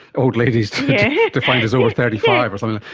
old ladies defined as over thirty five or something!